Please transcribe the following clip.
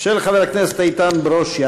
של חבר הכנסת איתן ברושי.